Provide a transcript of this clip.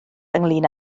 ynglŷn